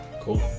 Cool